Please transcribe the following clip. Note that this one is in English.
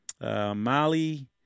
Mali